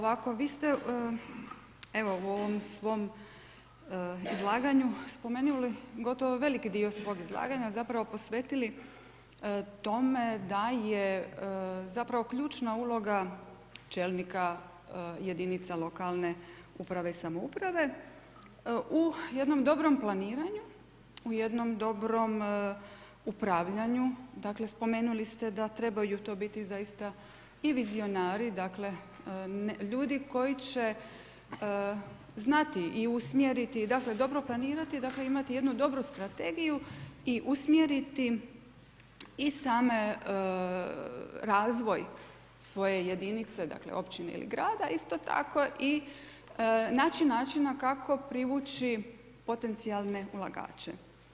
Vi ste u ovom svom izlaganju spomenuli gotovo veliki dio svog izlaganja zapravo posvetili tome da je ključna uloga čelnika jedinica lokalne uprave i samouprave u jednom dobrom planiranju u jednom dobrom upravljanju, dakle spomenuli ste da trebaju to biti zaista i vizionari dakle ljudi koji će znati i usmjeriti i dobro planirati imati jednu dobru strategiju i usmjeriti i sam razvoj svoje jedinice dakle općine i grada, isto tako i naći načina kako privući potencijalne ulagače.